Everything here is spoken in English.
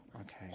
Okay